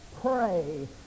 pray